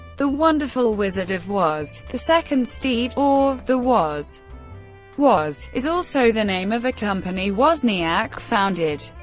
the wonderful wizard of woz, the second steve, or the woz woz is also the name of a company wozniak founded.